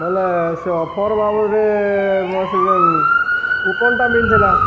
ବଲେ ସେ ଅଫର୍ ବାବଦେ ସେ ଯେନ୍ କୁପନ୍ଟା ମିଳିଥିଲା